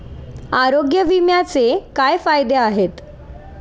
आरोग्य विम्याचे काय फायदे आहेत?